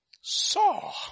saw